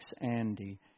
Andy